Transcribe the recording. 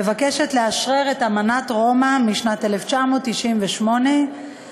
מבקשת לאשרר את אמנת רומא משנת 1998 אשר